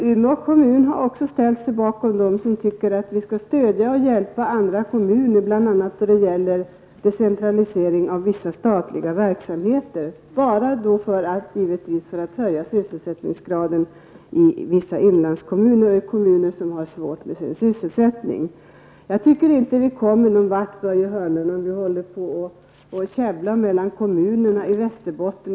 Umeå kommun har anslutit sig till dem som tycker att andra kommuner skall ha vårt stöd och vår hjälp bl.a. då det gäller decentralisering av vissa statliga verksamheter -- detta, givetvis, endast för att höja sysselsättningsgraden i vissa inlandskommuner och i kommuner som har sysselsättningssvårigheter. Jag tror inte att vi, Börje Hörnlund, kommer någon vart med käbbel kommunerna emellan i Västerbotten.